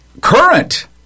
Current